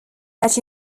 that